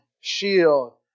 shield